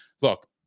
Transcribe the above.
Look